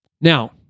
Now